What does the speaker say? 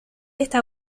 esta